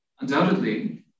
Undoubtedly